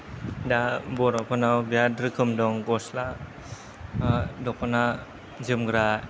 दा बर'फोरनाव बिराद रोखोम दं गस्ला दख'ना जोमग्रा